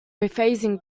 rephrasing